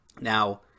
Now